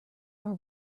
are